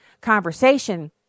conversation